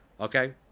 Okay